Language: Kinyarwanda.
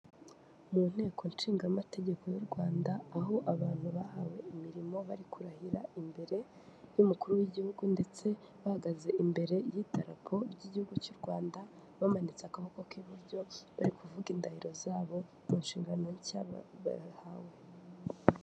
Mu nteko nshinga amategeko y'u Rwanda aho abantu bahawe imirimo bari kurahira imbere y'umukuru w'igihugu, ndetse bahagaze imbere y'itarapo ry'igihugu cy'u Rwanda bamanitse akabokoko k'iburyo bari kuvuga indahiro zabo ku nshingano nshya bahawe.